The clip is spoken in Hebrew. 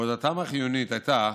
עבודתם החיונית הייתה